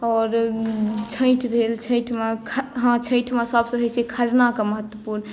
आओर छठि भेल छठिमे हँ छठिमे सभसँ होइ छै खरनाके महत्वपुर्ण